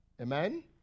Amen